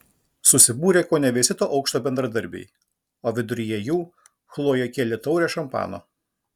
susibūrė kone visi to aukšto bendradarbiai o viduryje jų chlojė kėlė taurę šampano